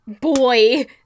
boy